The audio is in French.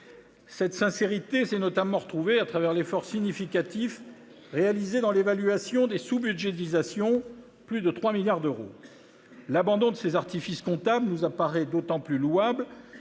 Cette sincérité s'est notamment retrouvée dans l'effort significatif réalisé pour l'évaluation des sous-budgétisations : plus de 3 milliards d'euros ! L'abandon de ces artifices comptables nous apparaît d'autant plus louable